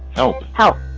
help! help!